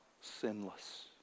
sinless